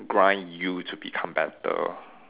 grind you to become better